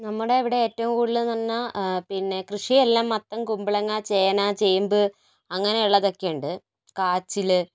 നമ്മടെ ഇവിടെ ഏറ്റവും കൂടുതലെന്നു പറഞ്ഞാൽ പിന്നെ കൃഷിയല്ല മത്തൻ കുമ്പളങ്ങ ചേന ചേമ്പ് അങ്ങനെയുള്ളതൊക്കെയുണ്ട് കാച്ചിൽ